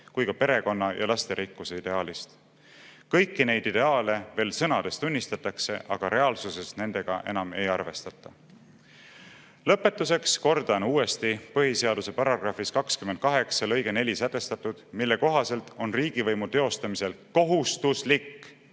kui ka perekonna ja lasterikkuse ideaalist. Kõiki neid ideaale veel sõnades tunnistatakse, aga reaalsuses nendega enam ei arvestata. Lõpetuseks kordan uuesti põhiseaduse § 28 lõikes 4 sätestatut, mille kohaselt on riigivõimu teostamisel kohustuslik